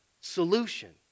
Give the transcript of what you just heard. solution